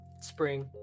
spring